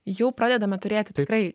jau pradedame turėti tikrai